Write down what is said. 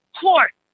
Court